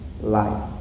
life